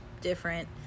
different